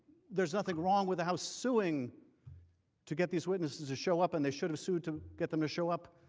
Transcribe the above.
there is nothing wrong with the house suing to get these witnesses to show up and they should have sued to get them to show up,